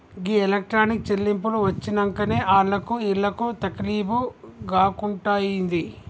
గీ electronic చెల్లింపులు వచ్చినంకనే ఆళ్లకు ఈళ్లకు తకిలీబ్ గాకుంటయింది